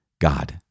God